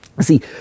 See